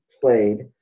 played